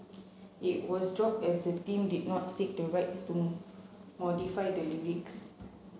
it was dropped as the team did not seek the rights to modify the lyrics